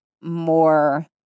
more